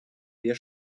wir